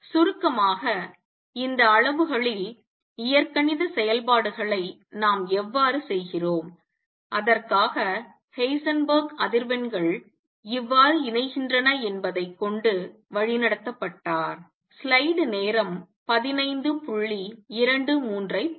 சுருக்கமாக இந்த அளவுகளில் இயற்கணித செயல்பாடுகளை நாம் எவ்வாறு செய்கிறோம் அதற்காக ஹெய்சன்பெர்க் அதிர்வெண்கள் எவ்வாறு இணைகின்றன என்பதைக் கொண்டு வழிநடத்தப்பட்டார்